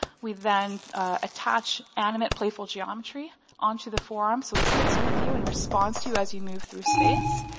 we then attach animate playful geometry onto the forearm so it sticks with you and responds to you as you move through space,